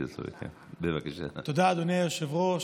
תודה, אדוני היושב-ראש.